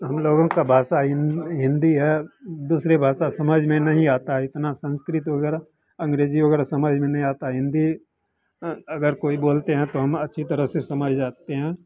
हम लोगों का भाषा हिं हिंदी है दूसरे भाषा समझ में नहीं आता है इतना संस्कृत वगैरह अंगरेजी वगैरह समझ में नहीं आता हिंदी अगर कोई बोलते हैं तो हम अच्छी तरह से समझ जाते हैं